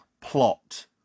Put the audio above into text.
plot